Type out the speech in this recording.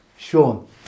sean